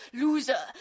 loser